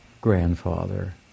grandfather